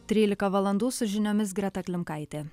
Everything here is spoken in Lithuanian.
trylika valandų su žiniomis greta klimkaitė